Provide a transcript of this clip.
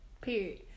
Period